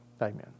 Amen